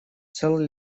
цел